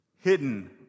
hidden